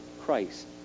Christ